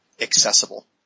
accessible